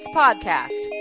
podcast